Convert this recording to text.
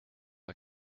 are